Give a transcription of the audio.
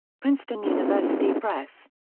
princeton university press.